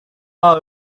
are